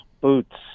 boots